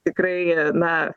tikrai na